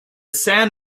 san